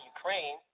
Ukraine